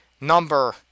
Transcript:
number